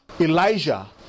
Elijah